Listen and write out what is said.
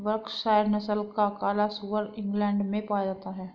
Berkshire नस्ल का काला सुअर इंग्लैण्ड में पाया जाता है